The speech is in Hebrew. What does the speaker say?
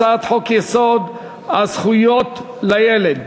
הצעת חוק-יסוד: הזכות לדיור,